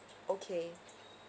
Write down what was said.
okay